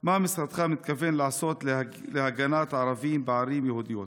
4. מה משרדך מתכוון לעשות להגנת ערבים בערים יהודיות?